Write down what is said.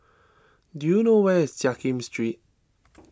do you know where is Jiak Kim Street